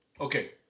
Okay